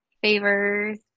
favors